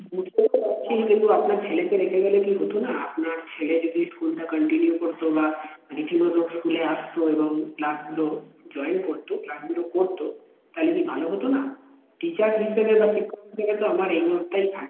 বুঝতে তো পারছি কিন্তু আপনার ছেলেকে রেখে গেলে কি হতো না আপনার ছেলে যদি স্কুলটা কান্টিনিউ করত বা রীতিমতো স্কুলে আসত এবং ক্লাসগুলো জয়েন করত ক্লাসগুলো করত তাহলে ভালো হতো না টিচার হিসেবে বা শিক্ষক হিসেবে তো আমার এই মুহুর্তে